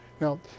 Now